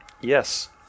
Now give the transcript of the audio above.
Yes